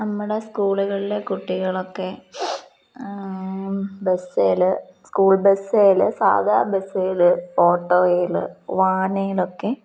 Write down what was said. നമ്മടെ സ്കൂളുകളിലെ കുട്ടികളൊക്കെ ബസ്സേല് സ്കൂൾ ബസ്സേല് സാധാരണ ബസ്സേല് ഓട്ടോയില് വാനേലൊക്കെ